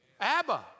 Abba